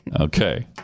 Okay